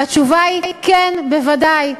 והתשובה היא כן, בוודאי.